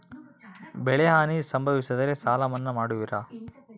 ಬೆಳೆಹಾನಿ ಸಂಭವಿಸಿದರೆ ಸಾಲ ಮನ್ನಾ ಮಾಡುವಿರ?